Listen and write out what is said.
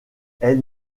elle